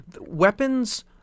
Weapons